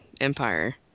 Empire